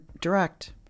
direct